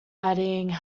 adding